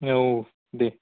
औ दे